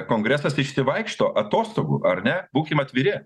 kongresas išsivaikšto atostogų ar ne būkim atviri